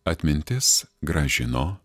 atmintis grąžino